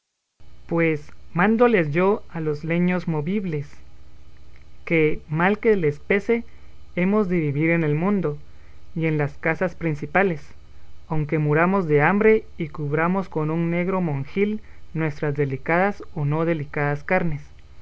pues mándoles yo a los leños movibles que mal que les pese hemos de vivir en el mundo y en las casas principales aunque muramos de hambre y cubramos con un negro monjil nuestras delicadas o no delicadas carnes